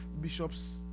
Bishop's